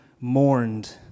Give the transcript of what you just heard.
mourned